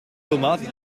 tomaten